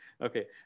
Okay